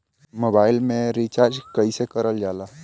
Mobile में recharge कइसे करल जाला?